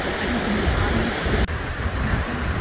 i think some new hobbies are gonna happen,